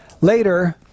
Later